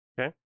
Okay